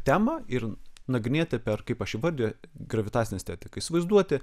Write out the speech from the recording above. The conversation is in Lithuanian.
temą ir nagrinėti per kaip aš įvardiju gravitacinę estetiką įsivaizduoti